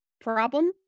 problem